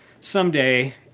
someday